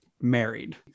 married